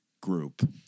group